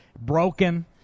broken